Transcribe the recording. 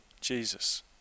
Jesus